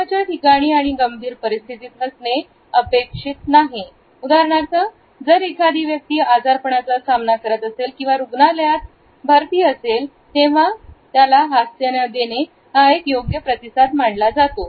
कामाच्या ठिकाणी आणि गंभीर परिस्थितीत हसणे अपेक्षित नाही उदाहरणार्थ जर एखादी व्यक्ती आजारपणाचा सामना करत असेल आणि रुग्णालयात असेल तेव्हा हास्य न देणे हा एक योग्य प्रतिसाद मानला जातो